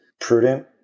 prudent